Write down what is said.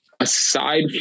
Aside